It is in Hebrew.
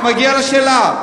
אני מגיע לשאלה.